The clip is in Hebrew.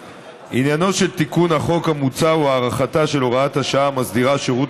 עניינו של תיקון החוק המוצע הוא הארכתה של הוראת השעה המסדירה שירות